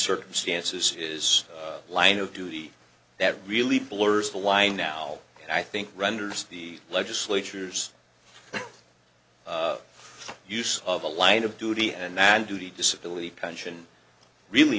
circumstances is a line of duty that really blurs the line now i think renders the legislature's use of a line of duty and that duty disability pension really